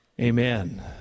Amen